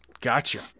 Gotcha